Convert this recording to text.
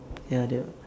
ya that w~